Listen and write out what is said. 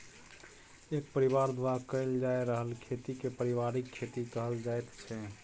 एक परिबार द्वारा कएल जा रहल खेती केँ परिबारिक खेती कहल जाइत छै